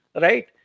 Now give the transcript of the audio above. Right